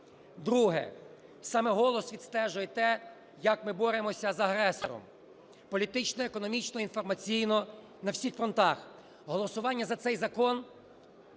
Друге. Саме "Голос" відстежує те, як ми боремося з агресором: політично, економічно, інформаційно – на всіх фронтах. Голосування за цей закон,